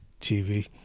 TV